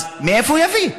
אז מאיפה הוא יביא?